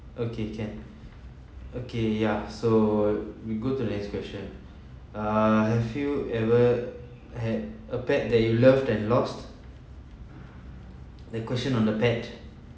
okay can okay ya so we go to the next question err have you ever had a pet that you loved and lost the question on the pet